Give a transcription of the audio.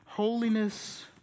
Holiness